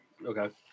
Okay